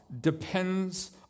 depends